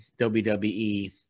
WWE